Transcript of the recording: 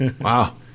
wow